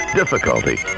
difficulty